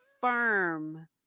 firm